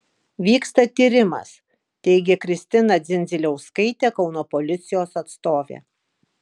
vyksta tyrimas teigė kristina dzindziliauskaitė kauno policijos atstovė